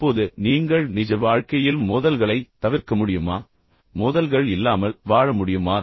இப்போது நீங்கள் நிஜ வாழ்க்கையில் மோதல்களைத் தவிர்க்க முடியுமா மோதல்கள் இல்லாமல் வாழ முடியுமா